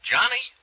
Johnny